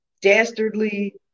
dastardly